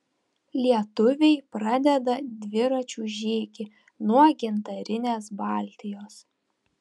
lietuviai pradeda dviračių žygį nuo gintarinės baltijos